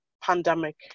pandemic